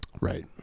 Right